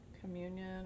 communion